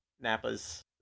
Nappa's